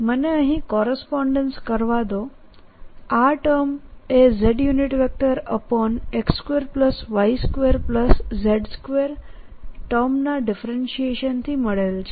મને અહીં કોરસ્પોન્ડેન્સ કરવા દો આ ટર્મ એ zx2y2z2 ટર્મના ડિફરેન્શીએશન થી મળેલ છે